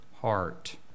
heart